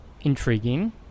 intriguing